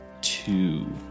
two